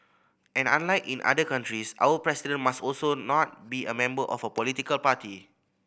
and unlike in other countries our President must also not be a member of a political party